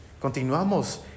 Continuamos